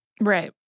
Right